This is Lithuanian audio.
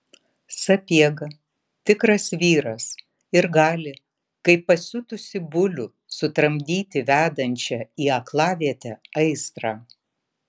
sapiega tikras vyras ir gali kaip pasiutusį bulių sutramdyti vedančią į aklavietę aistrą